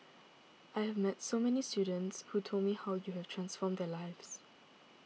I have met so many students who told me how you have transformed their lives